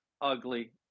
ugly